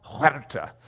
Huerta